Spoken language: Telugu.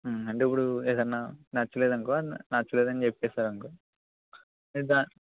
అంటే ఇప్పుడు ఏదన్న నచ్చలేదనుకో నచ్చలేదని చెప్పారనుకో నేను దాన్ని